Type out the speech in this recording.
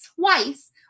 twice